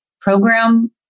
program